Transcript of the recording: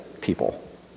people